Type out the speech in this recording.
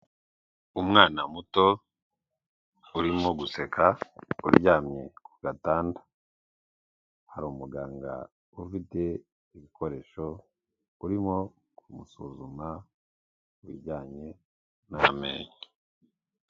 Umwana muto urimo guseka uryamye ku gatanda hari umuganga ufite ibikoresho urimo kumusuzuma kubijyanye n'amenyo.